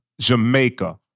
Jamaica